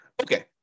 Okay